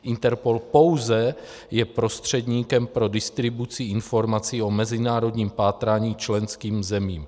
Interpol pouze je prostředníkem pro distribuci informací o mezinárodním pátrání členským zemím.